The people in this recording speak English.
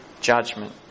judgment